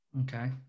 Okay